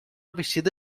vestida